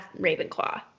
Ravenclaw